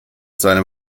seinem